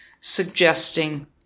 suggesting